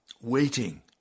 Waiting